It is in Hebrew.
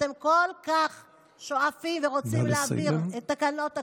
שאתם כל כך שואפים ורוצים לעביר את תקנות הקורונה,